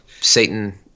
Satan